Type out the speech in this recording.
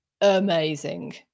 amazing